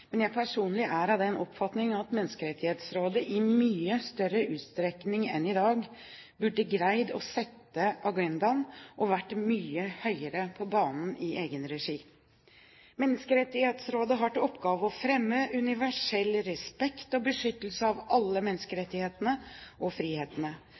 men jeg personlig er av den oppfatning at Menneskerettighetsrådet i mye større utstrekning enn i dag burde ha greid å sette agendaen og vært mye høyere på banen i egen regi. Menneskerettighetsrådet har til oppgave å fremme universell respekt for og beskyttelse av alle